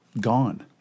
gone